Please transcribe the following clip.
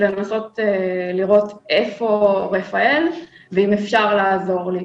לנסות לראות איפה רפאל ואם אפשר לעזור לי.